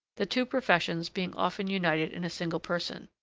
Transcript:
the two professions being often united in a single person.